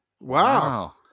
Wow